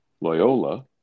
Loyola